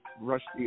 rusty